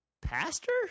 pastor